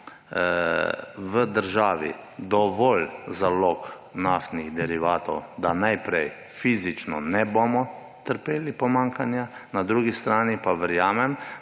v državi dovolj zalog naftnih derivatov, da fizično ne bomo trpeli pomanjkanja. Po drugi strani pa verjamem,